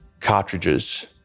cartridges